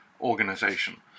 organization